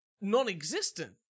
non-existent